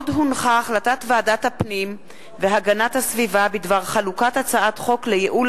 החלטת ועדת הפנים והגנת הסביבה בדבר חלוקת הצעת חוק לייעול